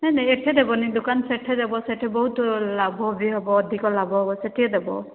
ନାହିଁ ନାହିଁ ଏଇଠେ ଦେବନି ଦୋକାନ ସେଇଠେ ଦବ ସେଇଠି ବହୁତ ଲାଭ ବି ହବ ଅଧିକ ଲାଭ ହବ ସେଇଠି ଦବ